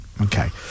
Okay